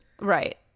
Right